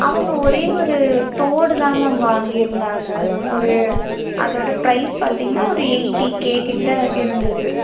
அவங்க ஒரே ஒரு தோடு தான் மேம் வாங்கிருந்தாங்க ஒரு அதோட ப்ரைஸ் பார்த்தீங்கன்னா ஒரு எய்ட்டி கே கிட்ட இருந்துது